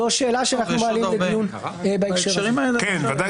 זאת השאלה שאנחנו מעלים לדיון בהקשר הזה.